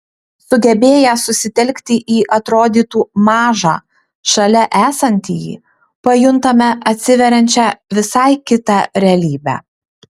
sugebėję susitelkti į atrodytų mažą šalia esantįjį pajuntame atsiveriančią visai kitą realybę